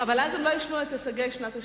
אבל אז הם לא ישמעו על הישגי שנת ה-60,